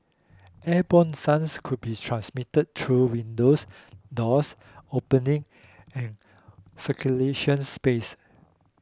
airborne sounds could be transmitted through windows doors opening and circulation space